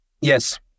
Yes